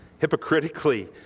hypocritically